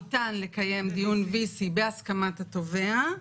ניתן לקיים דיון VC בהסכמת התובע,